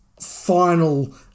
final